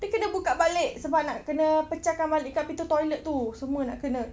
kita kena buka balik sebab nak kena pecahkan balik dekat pintu toilet itu semua nak kena